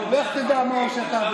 הממשלה,